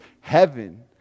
heaven